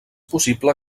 possible